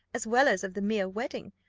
as well as of the mere wedding.